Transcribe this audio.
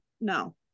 No